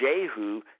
Jehu